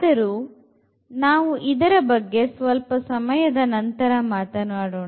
ಆದರೂ ನಾವು ಇದರ ಬಗ್ಗೆ ಸ್ವಲ್ಪ ಸಮಯದ ನಂತರ ಮಾತನಾಡೋಣ